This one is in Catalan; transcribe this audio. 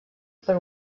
per